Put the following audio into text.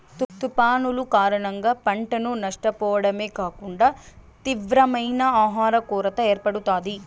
తుఫానులు కారణంగా పంటను నష్టపోవడమే కాకుండా తీవ్రమైన ఆహర కొరత ఏర్పడుతాది